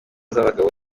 z’abagabo